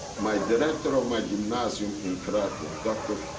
my director of my gimnazjum in krakow, dr.